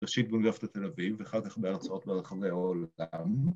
‫ראשית באוניברסיטת תל אביב ואחר כך בהרצאות ברחבי העולם